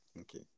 Okay